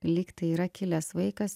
lyg tai yra kilęs vaikas